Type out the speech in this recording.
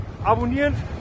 Abonnieren